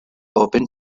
open